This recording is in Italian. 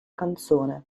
canzone